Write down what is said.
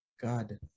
God